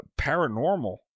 paranormal